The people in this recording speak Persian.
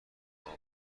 تمام